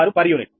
386 per unit